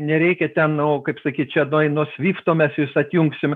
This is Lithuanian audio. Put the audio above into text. nereikia ten nu kaip sakyt čia nuo svifto mes jus atjungsim